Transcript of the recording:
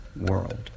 world